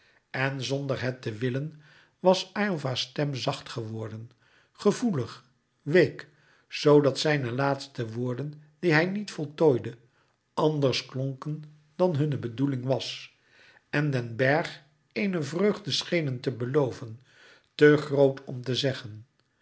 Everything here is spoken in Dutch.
en zonder het te willen was aylva's stem zacht geworden gevoelig week zoodat zijne laatste woorden die hij niet voltooide anders klonken dan hunne bedoeling was en den bergh eene vreugde schenen te beloven te groot om te zeggen